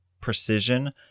Precision